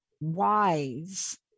wise